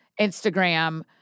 Instagram